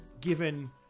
given